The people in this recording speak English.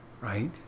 right